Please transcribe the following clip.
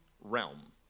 realm